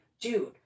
Dude